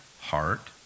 heart